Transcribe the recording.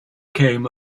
came